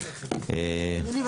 אדוני,